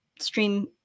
stream